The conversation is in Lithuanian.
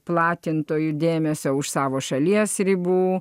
platintojų dėmesio už savo šalies ribų